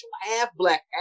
half-black